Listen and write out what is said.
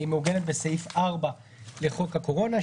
היא מעוגנת בסעיף 4 לחוק הקורונה,